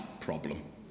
problem